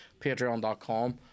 Patreon.com